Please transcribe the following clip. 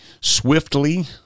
swiftly